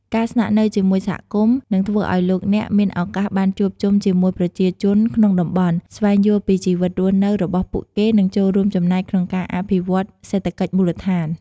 ការស្នាក់នៅជាមួយសហគមន៍ នឹងធ្វើឱ្យលោកអ្នកមានឱកាសបានជួបជុំជាមួយប្រជាជនក្នុងតំបន់ ស្វែងយល់ពីជីវិតរស់នៅរបស់ពួកគេ និងចូលរួមចំណែកក្នុងការអភិវឌ្ឍន៍សេដ្ឋកិច្ចមូលដ្ឋាន។